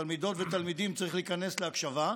תלמידות ותלמידים, צריך להיכנס להקשבה,